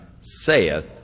Saith